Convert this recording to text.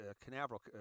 Canaveral